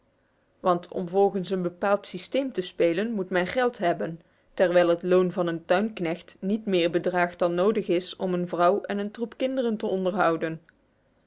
want om volgens een bepaald systeem te spelen moet men geld hebben terwijl het loon van een tuinmansknecht niet meer bedraagt dan nodig is om een vrouw en een troep kinderen te onderhouden